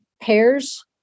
pairs